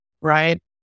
Right